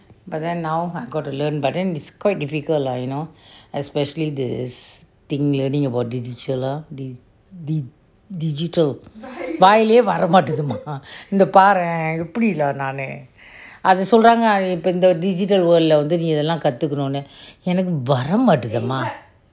but then now I got to learn but then is quite difficult lah you know especially this thing learning about digit chiller digital வாயிலே வர மாட்டுது இங்க பாரேன் எப்டி லா நானு அது சொல்றாங்க இப்ப இந்த:vaayile vara maathutu ingga paaren epdi laa naanu athu solraanga ippa intha digital world leh வந்து நீ இதெல்லாம் கத்துக்கணும் எனக்கு வர மாட்டுது அம்மா:vanthu nee ithellam kathukanum enakku varra maathuthu amma